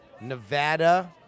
Nevada